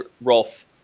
Rolf